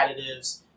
additives